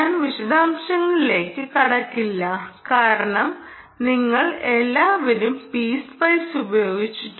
ഞാൻ വിശദാംശങ്ങളിലേക്ക് കടക്കില്ല കാരണം നിങ്ങൾ എല്ലാവരും P സ്പൈസ് ഉപയോഗിച്ചിട്ടുണ്ട്